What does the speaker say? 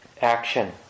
action